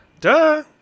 Duh